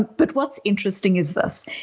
but what's interesting is this,